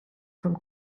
from